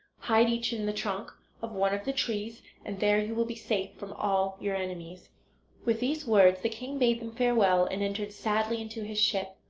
hide each in the trunk of one of the trees and there you will be safe from all your enemies with these words the king bade them farewell and entered sadly into his ship.